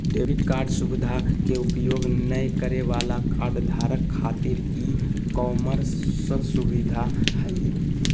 debit card सुवधा के उपयोग नय करे वाला कार्डधारक खातिर ई कॉमर्स सुविधा हइ